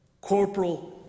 Corporal